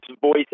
voice